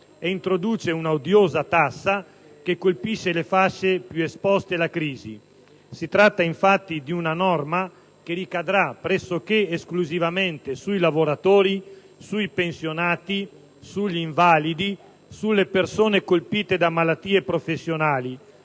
e introduce una odiosa tassa che colpisce le fasce più esposte alla crisi. Si tratta, infatti, di una norma che ricadrà pressoché esclusivamente sui lavoratori, sui pensionati, sugli invalidi, sulle persone colpite da malattie professionali,